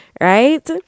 right